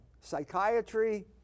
psychiatry